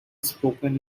spoken